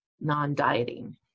non-dieting